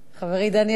חברי דניאל,